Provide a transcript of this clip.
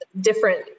different